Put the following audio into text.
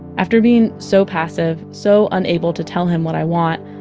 after being so passive, so unable to tell him what i want,